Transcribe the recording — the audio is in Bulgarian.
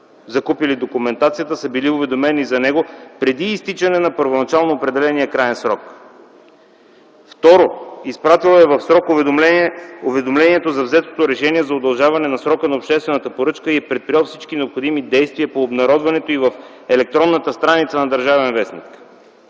закупили документацията, са били уведомени за него преди изтичане на първоначално определения краен срок. Второ, изпратил е в срок уведомлението за взетото решение за удължаване на срока на обществената поръчка и е предприел всички необходими действия по обнародването и в електронната страница на „Държавен вестник”.